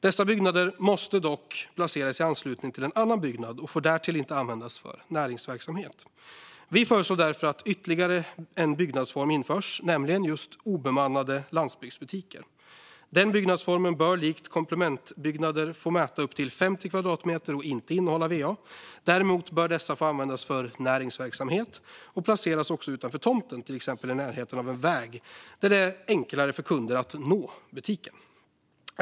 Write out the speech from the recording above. Dessa byggnader måste dock placeras i anslutning till en annan byggnad och får därtill inte användas för näringsverksamhet. Vi föreslår därför att ytterligare en byggnadsform införs, nämligen just obemannade landsbygdsbutiker. Denna byggnadsform bör likt komplementbyggnader få mäta upp till 50 kvadratmeter och inte innehålla va. Däremot bör dessa få användas för näringsverksamhet och placeras också utanför tomten, till exempel i närheten av en väg där det är enklare för kunder att nå butiken.